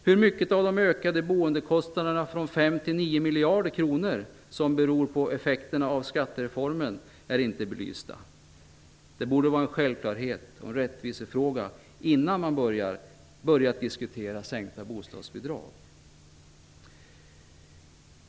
Hur mycket av de ökade boendekostnaderna från 5 till 9 miljarder kronor som beror på effekterna av skattereformen är inte belyst. Det borde ha varit en självklarhet och en rättvisefråga att utreda det innan man började diskutera sänkta bostadsbidrag.